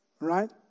right